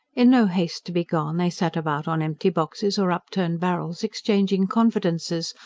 in no haste to be gone, they sat about on empty boxes or upturned barrels exchanging confidences,